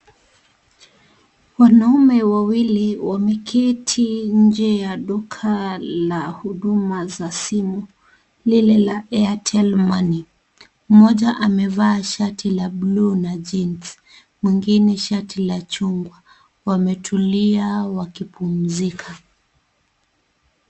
Wanaume wawili wameketi nje ya duka la huduma za simu. Ni la Airtelmoney. Mmoja amevaa shati la buluu na jinsi. Mwingine shati la chungwa. Wametulia wakipumzika.